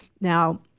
Now